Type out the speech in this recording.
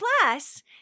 Plus